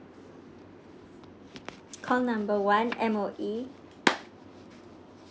come number one M_O_E